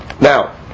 Now